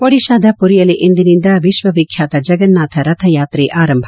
ಒಡಿಶಾದ ಪುರಿಯಲ್ಲಿ ಇಂದಿನಿಂದ ವಿಶ್ವವಿಖ್ಯಾತ ಜಗನ್ನಾಥ ರಥಯಾತ್ರೆ ಆರಂಭ